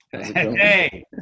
Hey